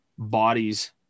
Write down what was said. bodies